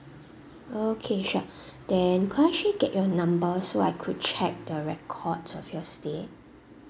okay sure then could I actually get your numbers so I could check the record of your stay